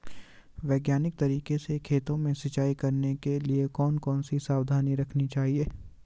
वैज्ञानिक तरीके से खेतों में सिंचाई करने के लिए कौन कौन सी सावधानी रखनी चाहिए?